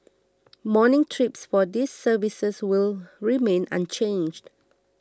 morning trips for these services will remain unchanged